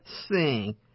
sing